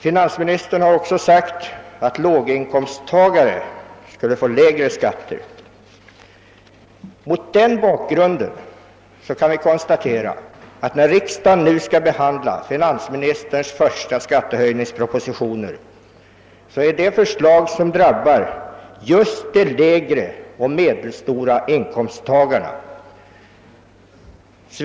Finansministern har också sagt att låginkomsttagare skall få lägre skatter. Mot den bakgrunden kan konstateras att när riksdagen nu skall behandla finansministerns första skattehöjningspropositioner så innebär dessa att just de lägre och medelstora inkomsttagarna kommer att drabbas.